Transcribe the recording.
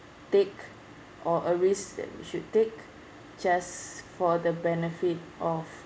take or a risk that we should take just for the benefit of